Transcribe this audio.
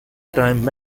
time